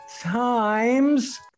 Time's